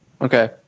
Okay